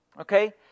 Okay